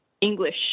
English